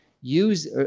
use